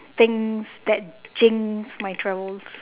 things that jinx my travels